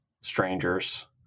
strangers